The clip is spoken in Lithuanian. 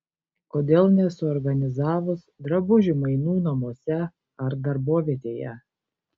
kodėl nesuorganizavus drabužių mainų namuose ar darbovietėje